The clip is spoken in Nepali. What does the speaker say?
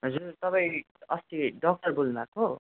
हजुर तपाईँ अस्ति डक्टर बोल्नुभएको